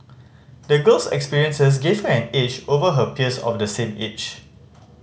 the girl's experiences gave her an edge over her peers of the same age